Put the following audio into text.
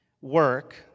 work